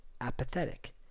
Apathetic